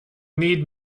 need